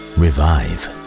revive